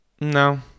No